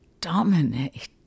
dominate